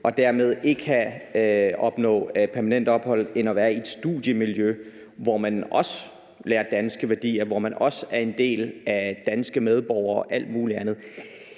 og dermed ikke opnå permanent ophold end at være i et studiemiljø, hvor man også lærer danske værdier, og hvor man også er blandt danske medborgere og alt muligt andet.